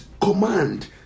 command